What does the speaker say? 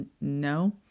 no